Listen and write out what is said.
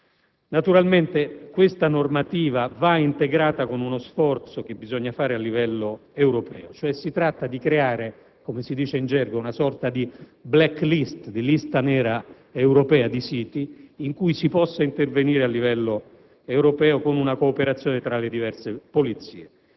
Naturalmente, questa normativa va integrata con uno sforzo che bisogna fare a livello europeo. Si tratta cioè di creare, come si dice in gergo, una sorta di *black list*, di lista nera europea di siti, in cui si possa intervenire a livello europeo con una cooperazione tra le diverse polizie.